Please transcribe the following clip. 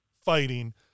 fighting